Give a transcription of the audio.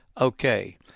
Okay